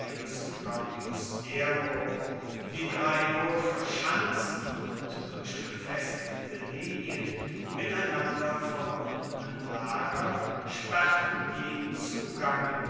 claudius nero die drei wohlverschanzten und durch befestigte linien miteinander verbundenen lager sperrten jeden zugang